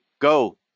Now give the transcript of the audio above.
Go